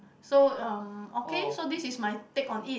so erm okay so this is my take on it